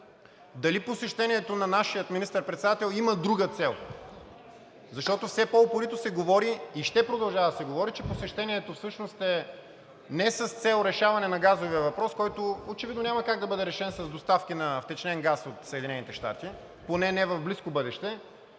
дали посещението на нашия министър-председател има друга цел? Защото все по-упорито се говори и ще продължава да се говори, че посещението всъщност е не с цел решаване на газовия въпрос, който очевидно няма как да бъде решен с доставки на втечнен газ от Съединените щати, поне не в близко бъдеще,